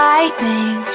Lightning